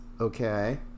Okay